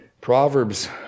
Proverbs